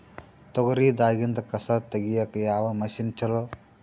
ತೊಗರಿ ದಾಗಿಂದ ಕಸಾ ತಗಿಯಕ ಯಾವ ಮಷಿನ್ ಚಲೋ?